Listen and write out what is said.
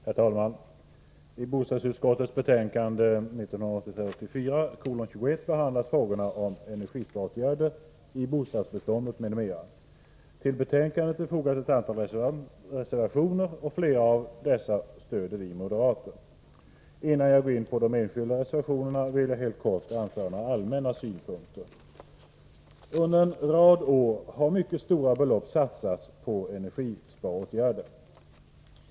Herr talman! I bostadsutskottets betänkande 1983/84:21 behandlas frågorna om energisparåtgärder i bostadsbeståndet m.m. Till betänkandet är fogade ett antal reservationer. Flera av dessa stöder vi moderater. Innan jag går in på de enskilda reservationerna, vill jag helt kort anföra några allmänna synpunkter. Under en rad år har mycket stora belopp satsats på energisparåtgärder.